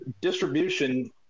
distribution